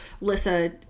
Lissa